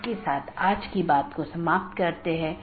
इसके साथ ही आज अपनी चर्चा समाप्त करते हैं